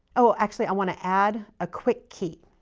oh, actually i want to add a quick key.